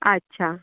अच्छा